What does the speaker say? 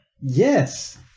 Yes